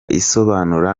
isobanura